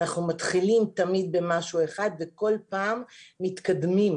אנחנו מתחילים תמיד במשהו אחד וכל פעם מתקדמים.